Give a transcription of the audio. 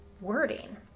wording